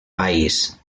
país